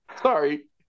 Sorry